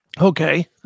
Okay